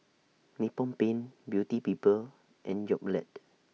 Nippon Paint Beauty People and Yoplait